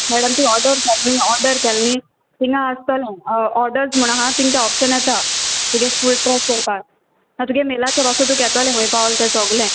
madam तूंय order केल न्ही ऑर्डर केल न्ही थिंगां आसतोलें ऑर्डर्स म्हूण आहा थिंग तें ऑप्शन येता तुगे फूल ट्रॅक कोरपा ना तुगे मेलाचे पासून तुक येतोलें हूंय पावल तें सोगलें